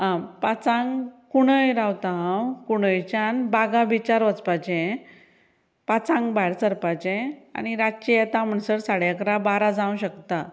आ पाचांग कुंडय रावता हांव कुंडयच्यान बागा बिचार वचपाचें पाचांग भायर सरपाचें आनी रातचें येता म्हणसर साडे अकरा बारा जावंक शकता